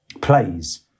plays